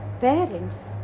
parents